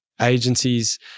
agencies